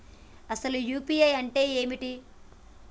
అసలు యూ.పీ.ఐ అంటే ఏమిటి?